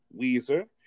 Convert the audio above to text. Weezer